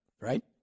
right